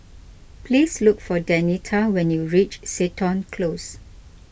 please look for Denita when you reach Seton Close